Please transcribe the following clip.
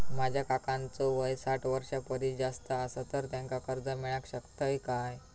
माझ्या काकांचो वय साठ वर्षां परिस जास्त आसा तर त्यांका कर्जा मेळाक शकतय काय?